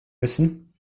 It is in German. müssen